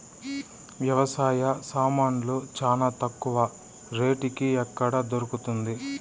వ్యవసాయ సామాన్లు చానా తక్కువ రేటుకి ఎక్కడ దొరుకుతుంది?